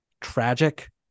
tragic